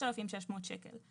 3,600 שקל.